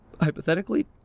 hypothetically